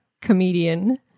comedian